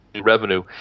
revenue